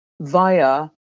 via